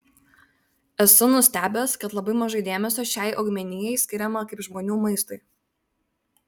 esu nustebęs kad labai mažai dėmesio šiai augmenijai skiriama kaip žmonių maistui